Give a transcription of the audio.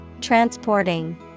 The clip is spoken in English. Transporting